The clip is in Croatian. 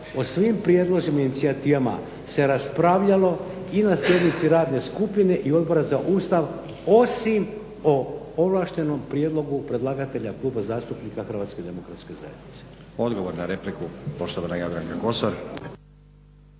o svim prijedlozima i inicijativama se raspravljalo i na sjednici radne skupine i Odbora za Ustav, osim o ovlaštenom prijedlogu predlagatelja Kluba zastupnika HDZ-a. **Stazić, Nenad (SDP)** Odgovor na repliku, poštovana Jadranka Kosor.